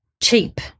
cheap